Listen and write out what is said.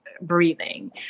breathing